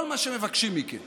כל מה שמבקשים מכם